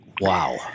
Wow